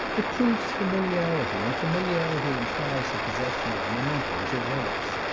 it proves familiarity, and familiarity implies the possession of mementoes, or relics.